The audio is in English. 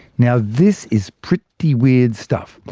now this is pretty weird stuff,